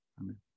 Amen